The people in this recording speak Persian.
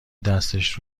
دستش